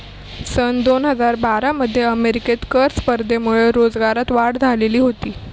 सन दोन हजार बारा मध्ये अमेरिकेत कर स्पर्धेमुळे रोजगारात वाढ झालेली होती